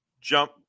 jump